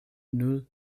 nul